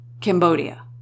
Cambodia